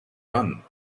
done